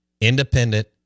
Independent